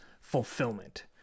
fulfillment